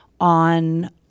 on